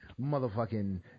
motherfucking